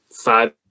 five